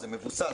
זה מבוסס,